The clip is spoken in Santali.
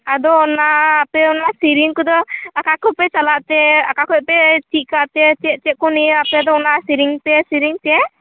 ᱟᱫᱚ ᱚᱱᱟ ᱟᱯᱮ ᱚᱱᱟ ᱥᱮᱨᱮᱧ ᱠᱚᱫᱚ ᱟᱠᱟᱠᱚᱯᱮ ᱪᱟᱞᱟᱜ ᱛᱮ ᱟᱠᱟᱠᱷᱚᱡ ᱯᱮ ᱪᱮᱫ ᱠᱟᱜ ᱯᱮ ᱪᱮᱫ ᱪᱮᱫ ᱠᱚ ᱱᱤᱭᱟ ᱟᱯᱮ ᱫᱚ ᱚᱱᱟ ᱥᱮᱨᱮᱧ ᱯᱮ ᱥᱮᱨᱮᱧ ᱛᱮ